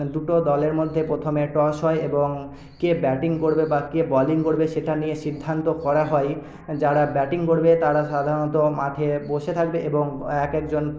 দুটো দলের মধ্যে প্রথমে টস হয় এবং কে ব্যাটিং করবে বা কে বলিং করবে সেটা নিয়ে সিদ্ধান্ত করা হয়ই যারা ব্যাটিং করবে তারা সাধারণত মাঠে বসে থাকবে এবং এক একজন